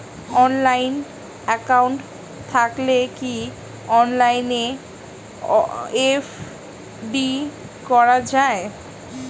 Online account থাকলে কি অনলাইনে এফ.ডি করা যায়?